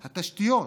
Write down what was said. התשתיות,